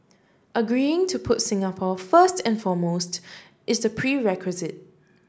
agreeing to put Singapore first and foremost is the prerequisite